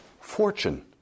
Fortune